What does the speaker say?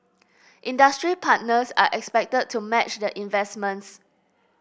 industry partners are expected to match the investments